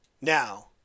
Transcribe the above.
now